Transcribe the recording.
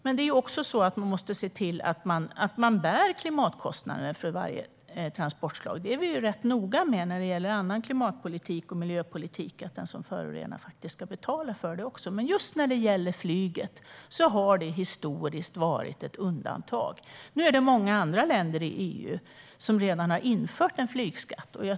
Men man måste också se till att varje transportslag bär klimatkostnaden. Det är vi ganska noga med när det gäller annan klimat och miljöpolitik. Den som förorenar ska också betala för det. Men just när det gäller flyget har det historiskt sett varit ett undantag. Många andra länder i EU har redan infört en flygskatt.